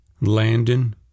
Landon